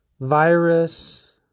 virus